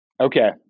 Okay